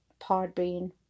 Podbean